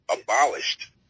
abolished